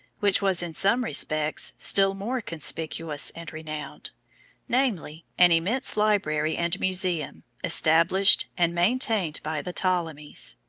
which was in some respects still more conspicuous and renowned namely, an immense library and museum established and maintained by the ptolemies.